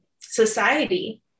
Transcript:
society